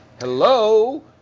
Hello